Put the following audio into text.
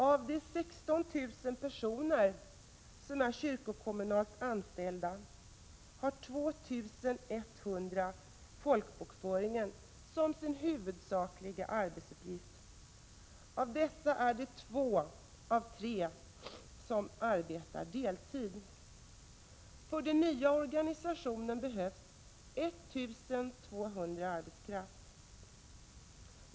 Av de 16 000 personer som är kyrkokommunalt anställda har 2 100 folkbokföring som sin huvudsakliga arbetsuppgift. Av dessa är det två av tre som arbetar deltid. För den nya organisationen behövs 1 200 årsarbetskrafter.